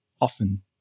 often